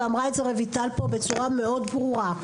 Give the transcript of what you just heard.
ואמרה את זה רויטל בצורה מאוד ברורה,